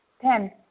Ten